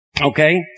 okay